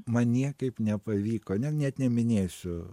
man niekaip nepavyko ne net neminėsiu